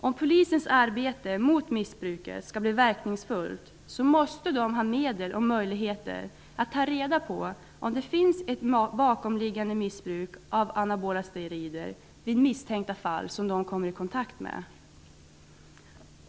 Om Polisens arbete mot missbruket skall bli verkningsfullt, måste den ha medel och möjligheter att ta reda på om det finns ett bakomliggande missbruk av anabola steroider vid misstänkta fall som den kommer i kontakt med.